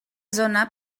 zona